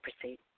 proceed